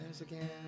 again